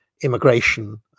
immigration